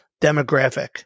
demographic